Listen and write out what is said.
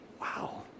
Wow